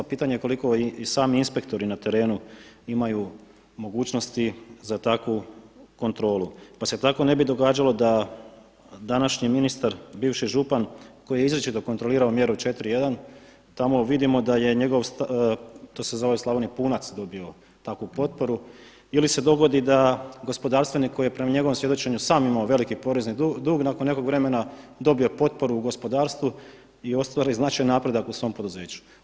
Pitanje koliko i sami inspektori na terenu imaju mogućnosti za takvu kontrolu, pa se tako ne bi događalo da današnji ministar, bivši župan koji je izričito kontrolirao mjeru 4.1 tamo vidimo da je njegov, to se u Slavoniji zove punac dobio takvu potporu ili se dogodi da gospodarstvenik koji je prema njegovom svjedočenju sam imao veliki porezni dug nakon nekog vremena dobije potporu u gospodarstvu i ostvari značajan napredak u svom poduzeću.